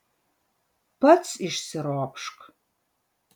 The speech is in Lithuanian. pats išsiropšk